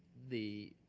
the